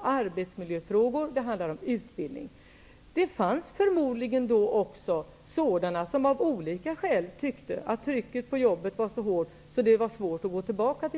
arbetsmiljöfrågor och utbildning. Det fanns förmodligen även då människor som av olika skäl tyckte att trycket på jobbet var så hårt att det var svårt att gå tillbaka dit.